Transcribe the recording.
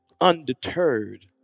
undeterred